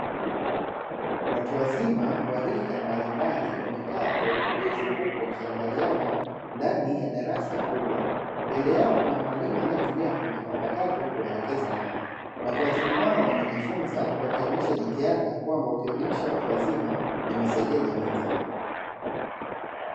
Watu wazima wa rika mbalimbali wamekaa kwa utulivu huku wakiangaliana ndani ya darasa kubwa, mbele yao kuna mwalimu anaetumia kompyuta mpakato kuwaelekeza hao. Watu wazima hao wanajifunza wakionyesha jitihada kwamba ukielimisha watu wazima umesaidia jamii nzima.